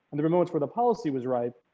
and there are moments where the policy was right.